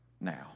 now